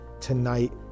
tonight